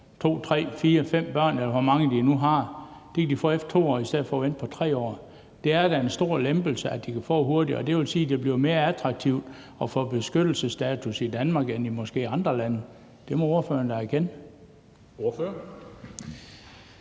fire, fem børn, eller hvor mange de nu har, op efter 2 år i stedet for at vente i 3 år. Det er da en stor lempelse, at de kan få det hurtigere, og det vil sige, at det bliver mere attraktivt at få beskyttelsesstatus i Danmark end måske i andre lande. Det må ordføreren da erkende.